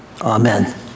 amen